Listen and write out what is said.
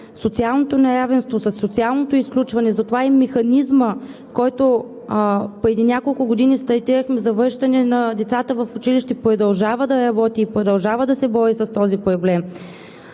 социалното неравенство, със социалното изключване. Механизмът, който преди няколко години стартирахме, за връщане на децата в училище, продължава да работи и продължава да се бори с този проблем.